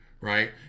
right